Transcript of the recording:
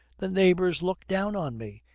the neighbours looked down on me.